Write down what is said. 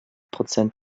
prozent